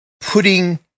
putting